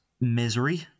misery